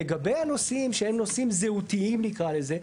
לגבי הנושאים שהם נושאים זהותיים נקרא לזה,